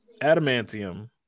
adamantium